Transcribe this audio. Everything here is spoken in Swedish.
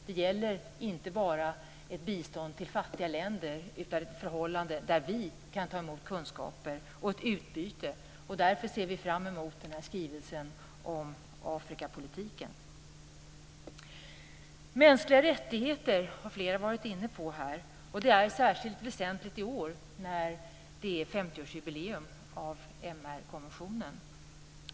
Det gäller inte bara ett bistånd till fattiga länder, utan ett förhållande där vi kan ta emot kunskaper och ha ett utbyte. Därför ser vi fram emot skrivelsen om Afrikapolitiken. Mänskliga rättigheter har flera talare varit inne på. Det är särskilt väsentligt i år när det är 50-årsjubileum för MR-kommissionen.